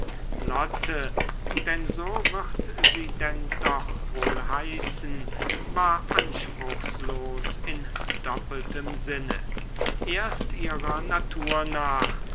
lotte denn so wird sie denn doch wohl heißen war anspruchslos in doppeltem sinne erst ihrer natur nach